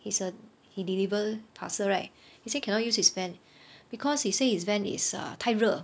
he's a he deliver parcel right he say cannot use his van because he say his van is err 太热